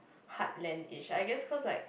heartlandish I guess cause like